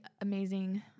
amazing